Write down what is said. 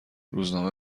روزنامه